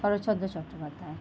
Saratchandra Chattopadhyay